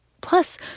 Plus